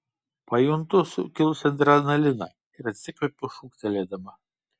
pajuntu sukilusį adrenaliną ir atsikvepiu šūktelėdama